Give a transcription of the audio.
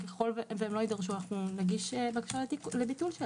וככל שהם לא יידרשו אנחנו נגיש בקשה לביטול שלו.